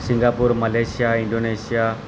Singapore Malaysia Indonesia